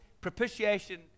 propitiation